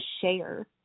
share